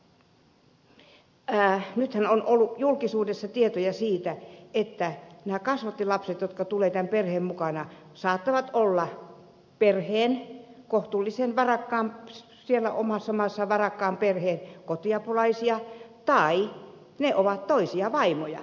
kun puhutaan kasvattilapsista niin nythän on ollut julkisuudessa tietoja siitä että nämä kasvattilapset jotka tulevat tämän perheen mukana saattavat olla perheen omassa maassaan kohtuullisen varakkaan perheen kotiapulaisia tai miehen toisia vaimoja